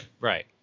Right